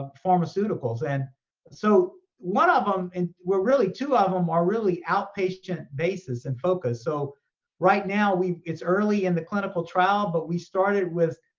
ah pharmaceuticals. and so one of them, and well, really two of them are really outpatient basis and focus. so right now it's early in the clinical trial, but we started with,